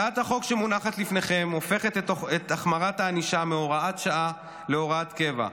הצעת החוק שמונחת בפניכם הופכת את החמרת הענישה מהוראת שעה להוראת קבע.